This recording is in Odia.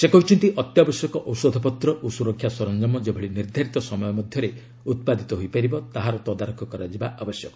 ସେ କହିଛନ୍ତି ଅତ୍ୟାବଶ୍ୟକ ଔଷଧପତ୍ ଓ ସୁରକ୍ଷା ସରଞ୍ଜାମ ଯେଭଳି ନିର୍ଦ୍ଧାରିତ ସମୟରେ ଉତ୍ପାଦିତ ହୋଇପାରିବ ତାହାର ତଦାରଖ କରାଯିବା ଆବଶ୍ୟକ